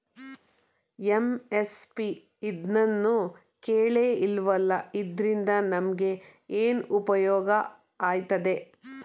MSP ಇದ್ನನಾನು ಕೇಳೆ ಇಲ್ವಲ್ಲ? ಇದ್ರಿಂದ ನಮ್ಗೆ ಏನ್ಉಪ್ಯೋಗ ಆಯ್ತದೆ?